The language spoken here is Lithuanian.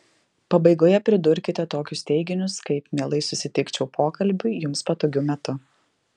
pabaigoje pridurkite tokius teiginius kaip mielai susitikčiau pokalbiui jums patogiu metu